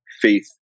faith